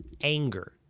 anger